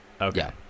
Okay